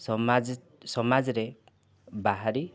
ସମାଜ ସମାଜରେ ବାହାରିଥାଏ